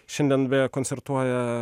šiandien beje koncertuoja